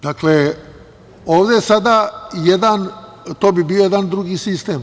Dakle, ovde je sada jedan, to bi bio jedan drugi sistem.